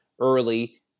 early